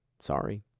Sorry